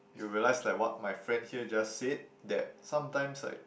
you'll realize like what my friend here just said that sometimes like